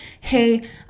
hey